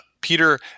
Peter